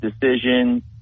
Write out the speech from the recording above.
decision